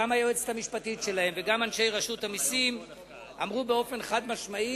גם היועצת המשפטית שלהם וגם אנשי רשות המסים אמרו באופן חד-משמעי,